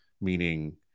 meaning